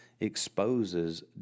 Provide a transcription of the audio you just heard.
exposes